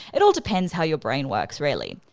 it all depends how your brain works, really.